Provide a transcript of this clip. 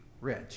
rich